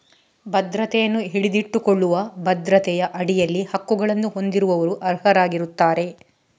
ಭದ್ರತೆಯನ್ನು ಹಿಡಿದಿಟ್ಟುಕೊಳ್ಳುವ ಭದ್ರತೆಯ ಅಡಿಯಲ್ಲಿ ಹಕ್ಕುಗಳನ್ನು ಹೊಂದಿರುವವರು ಅರ್ಹರಾಗಿರುತ್ತಾರೆ